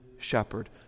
shepherd